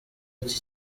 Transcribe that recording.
iki